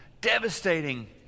devastating